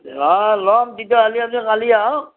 লম কিন্তু আপ্নি আজি নহ'লি কালি আহক